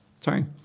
Sorry